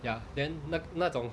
ya then 那那种